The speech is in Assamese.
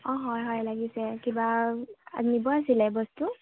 অ হয় হয় লাগিছে কিবা নিব আছিলে বস্তু